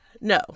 No